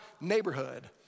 neighborhood